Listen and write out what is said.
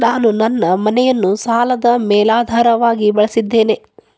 ನಾನು ನನ್ನ ಮನೆಯನ್ನು ಸಾಲದ ಮೇಲಾಧಾರವಾಗಿ ಬಳಸಿದ್ದೇನೆ